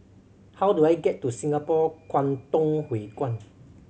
how do I get to Singapore Kwangtung Hui Kuan